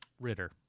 Ritter